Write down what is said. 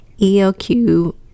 ELQ